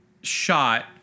shot